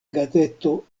gazeto